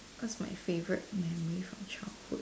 what my favourite memory from childhood